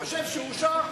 חושב שאושר,